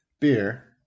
beer